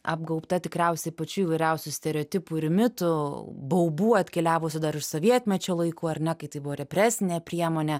apgaubta tikriausiai pačių įvairiausių stereotipų ir mitų baubų atkeliavusių dar iš sovietmečio laikų ar ne kai tai buvo represinė priemonė